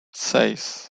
seis